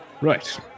right